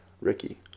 Ricky